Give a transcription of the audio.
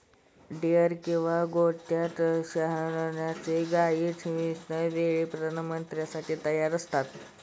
dairy किंवा गोठ्यात राहणार्या गायी ठराविक वेळी प्रजननासाठी तयार असतात